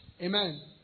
amen